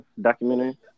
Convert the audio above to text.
documentary